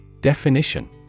Definition